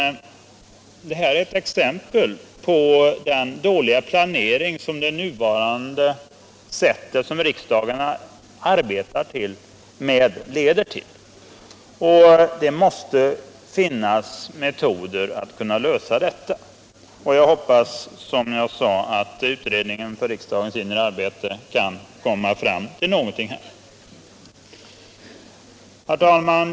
Det här är ett exempel på den dåliga planering som riksdagens nuvarande arbetssätt leder till. Det måste finnas metoder att lösa detta problem, och jag hoppas som jag sade att utredningen om riksdagens arbetsformer kan komma fram till någonting. Herr talman!